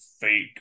fake